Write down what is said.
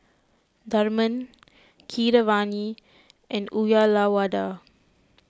Tharman Keeravani and Uyyalawada